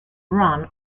run